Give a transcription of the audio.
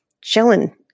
chilling